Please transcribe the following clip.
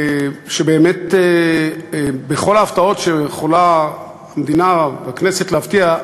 שבאמת בכל ההפתעות שיכולה המדינה ויכולה הכנסת להפתיע,